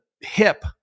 hip